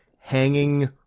hanging